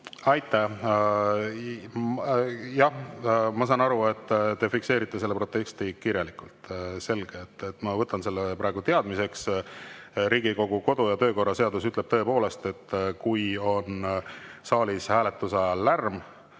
Aitäh! Jah, ma saan aru, et te fikseerite selle protesti kirjalikult. Selge, ma võtan selle praegu teadmiseks. Riigikogu kodu- ja töökorra seadus ütleb tõepoolest, et kui saalis on hääletuse ajal